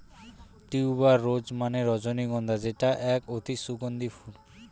tuber rose মানে রজনীগন্ধা যেটা এক অতি সুগন্ধি ফুল